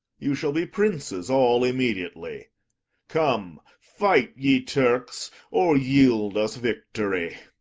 you shall be princes all, immediately come, fight, ye turks, or yield us victory.